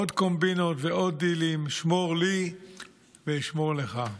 עוד קומבינות ועוד דילים, שמור לי ואשמור לך.